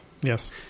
yes